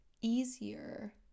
easier